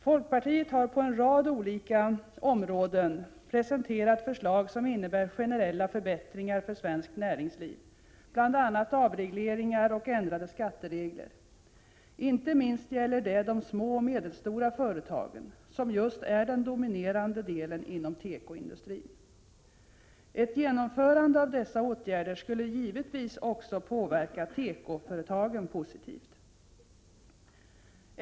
Folkpartiet har på en rad områden presenterat förslag som innebär generella förbättringar för svenskt näringsliv, bl.a. avregleringar och ändrade skatteregler. Inte minst gäller det de små och medelstora företagen, som just är den dominerande delen inom tekoindustrin. Ett genomförande av dessa åtgärder skulle givetvis också påverka tekoföretagen positivt.